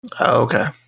Okay